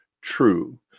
true